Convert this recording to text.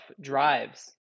drives